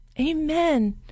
Amen